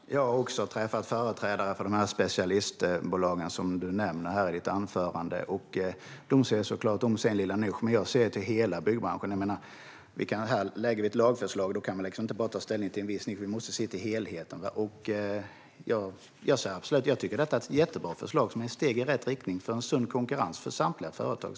Fru talman! Jag har också träffat företrädare för de specialistbolag som du nämner i ditt anförande, Jessika Roswall. De ser såklart om sin lilla nisch, men jag ser till hela byggbranschen. Lägger man fram ett lagförslag kan man inte bara ta hänsyn till en viss nisch. Vi måste se till helheten. Jag tycker att detta är ett jättebra förslag. Det är ett steg i rätt riktning för en sund konkurrens för samtliga företag.